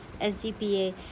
sgpa